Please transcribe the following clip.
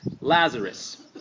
Lazarus